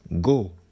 Go